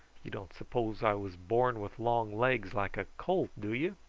you don't suppose i was born with long legs like a colt, do you?